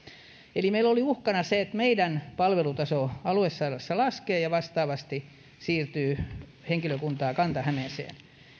eli meillä oli uhkana se että meidän palvelutaso aluesairaalassa laskee ja vastaavasti siirtyy henkilökuntaa kanta hämeeseen